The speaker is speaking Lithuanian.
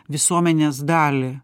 visuomenės dalį